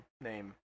name